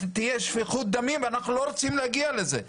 תהיה שפיכות דמים ואנחנו לא רוצים להגיע לזה.